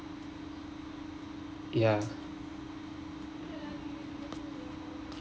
ya